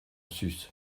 sus